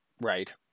Right